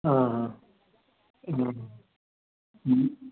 हा हा हूं